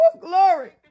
glory